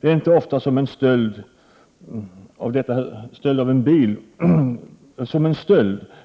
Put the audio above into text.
Det är inte ofta som en stöld